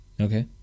okay